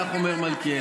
כך אומר מלכיאלי.